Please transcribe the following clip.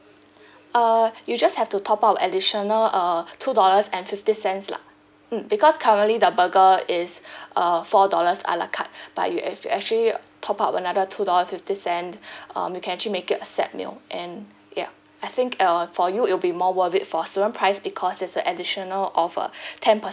err you just have to top up additional uh two dollars and fifty cents lah mm because currently the burger is uh four dollars a la carte but you ac~ actually top up another two dollar fifty cent um you can actually make it a set meal and ya I think uh for you it will be more worth it for student price because there's additional of a ten percent